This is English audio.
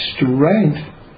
strength